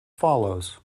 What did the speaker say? follows